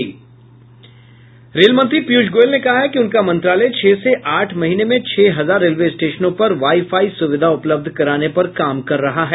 रेलमंत्री पीयूष गोयल ने कहा है कि उनका मंत्रालय छह से आठ महीने में छह हजार रेलवे स्टेशनों पर वाईफाई सुविधा उपलब्ध कराने पर काम कर रहा है